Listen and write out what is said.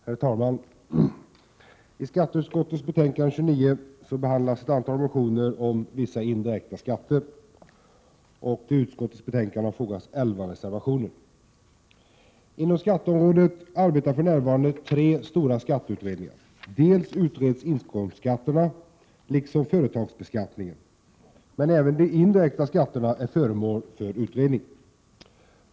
Herr talman! I skatteutskottets betänkande 29 behandlas ett antal motioner om vissa indirekta skatter. Till utskottets betänkande har fogats elva reservationer. Inom skatteområdet arbetar för närvarande tre stora skatteutredningar, dels utreds inkomstskatterna, dels företagsbeskattningen. Men även de indirekta skatterna är föremål för utredning.